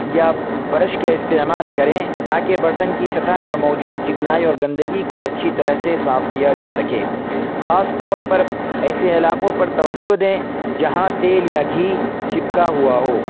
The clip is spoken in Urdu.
یا برش کا استعمال کریں تاکہ برتن کی سطح پر موجود چکنائی اور گندگی کو اچھی طرح سے صاف کیا جا سکے خاص طور پر ایسے علاقوں پر توجہ دیں جہاں تیل یا گھی چپکا ہوا ہو